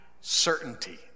certainty